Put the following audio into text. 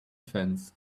fence